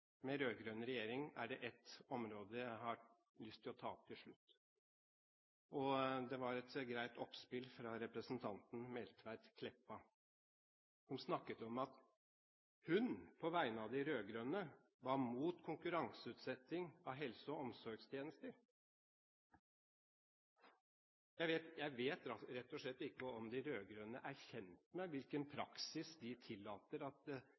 med rød-grønn regjering, er det ett område jeg har lyst til å ta opp til slutt. Det var et greit oppspill fra representanten Meltveit Kleppa, som snakket om at hun på vegne av de rød-grønne var mot konkurranseutsetting av helse- og omsorgstjenester. Jeg vet rett og slett ikke om de rød-grønne er kjent med hvilken praksis de tillater at